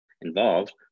involved